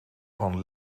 van